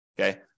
Okay